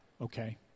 okay